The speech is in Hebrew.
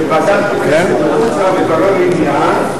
כשוועדת כנסת רוצה לברר עניין,